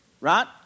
right